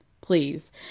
please